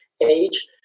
age